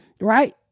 Right